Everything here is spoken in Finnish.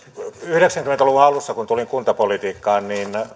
yhdeksänkymmentä luvun alussa kun tulin kuntapolitiikkaan